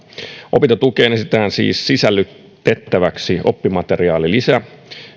opintotukeen esitetään siis sisällytettäväksi oppimateriaalilisä